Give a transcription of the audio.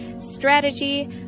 strategy